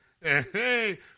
Hey